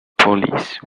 police